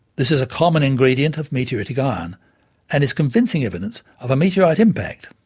this is a common ingredient of meteoritic iron and is convincing evidence of a meteorite impact.